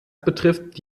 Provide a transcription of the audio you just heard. betrifft